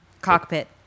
cockpit